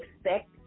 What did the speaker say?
expect